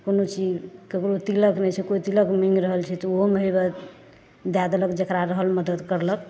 कोनो चीज ककरो तिलक नहि छै केओ तिलक माङ्गि रहल छै तऽ ओहोमे हे बए दए देलक जेकरा रहल मदद करलक